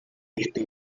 este